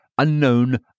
Unknown